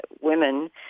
women